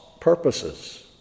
purposes